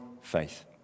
faith